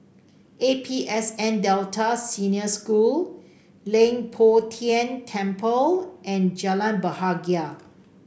A P S N Delta Senior School Leng Poh Tian Temple and Jalan Bahagia